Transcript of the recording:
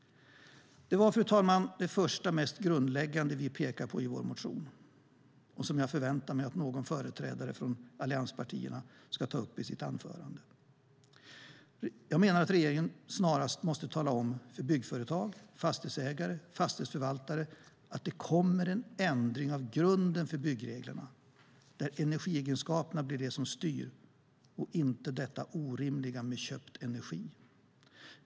Fru talman! Det var det första och mest grundläggande vi pekar på i vår motion. Jag förväntar mig att någon företrädare för allianspartierna tar upp detta i sitt anförande. Jag menar att regeringen snarast måste tala om för byggföretag, fastighetsägare och fastighetsförvaltare att det kommer en ändring av grunden för byggreglerna där energiegenskaperna blir det som styr i stället för detta orimliga med köpt energi.